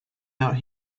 out